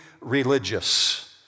religious